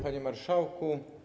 Panie Marszałku!